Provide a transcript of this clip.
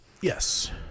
Yes